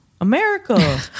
America